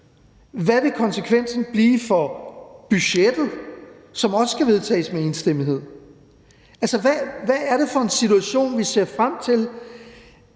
Hvad vil konsekvenserne blive for budgettet, som også skal vedtages med enstemmighed? Hvad er det for en situation, vi ser frem mod,